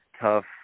tough